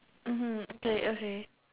mmhmm okay okay